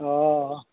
অঁ